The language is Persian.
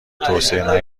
توسعه